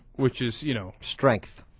which is you know strength